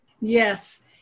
Yes